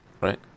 Right